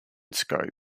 scope